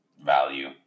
value